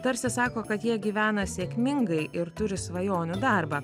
tarsi sako kad jie gyvena sėkmingai ir turi svajonių darbą